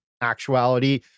actuality